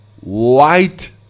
white